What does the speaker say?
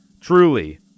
Truly